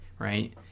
Right